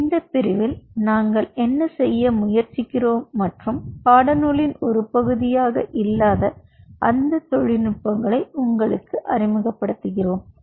எனவே இந்த பிரிவில் நாங்கள் என்ன செய்ய முயற்சிக்கிறோம் மற்றும் பாடநூலின் ஒரு பகுதியாக இல்லாத அந்த தொழில்நுட்பங்களை உங்களுக்கு அறிமுகப்படுத்துகிறோம்